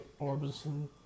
Orbison